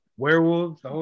Werewolves